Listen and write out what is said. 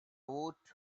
woot